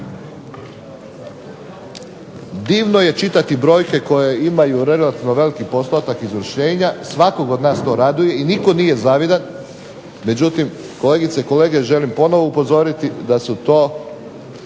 Divno je čitati brojke koje imaju relativno veliki postotak izvršenja. Svakog od nas to raduje i nitko nije zavidan. Međutim, kolegice i kolege, želim ponovno upozoriti da su to